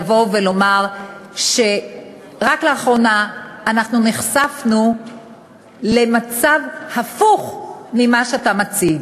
ולבוא ולומר שרק לאחרונה אנחנו נחשפנו למצב הפוך ממה שאתה מציג,